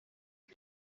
uko